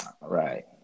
Right